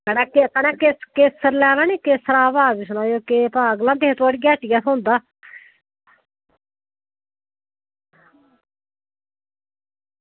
कन्नै केसर लैना नी केसर दा भाव बी सनाओ केह् भाव गलांदे थुआढ़ी हट्टिया थ्होंदा